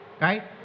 right